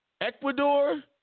Ecuador